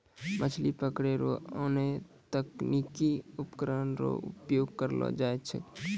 मछली पकड़ै रो आनो तकनीकी उपकरण रो प्रयोग करलो जाय छै